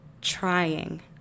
trying